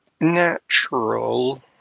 natural